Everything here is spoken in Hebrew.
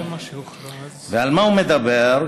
על מה הוא מדבר,